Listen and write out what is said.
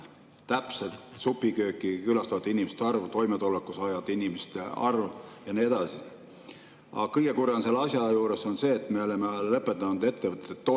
täpselt ka supikööki külastavate inimeste arv, toimetuleku[toetust] saavate inimeste arv ja nii edasi. Aga kõige kurvem selle asja juures on see, et me oleme lõpetanud ettevõtete